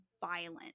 violent